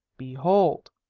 behold!